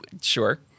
Sure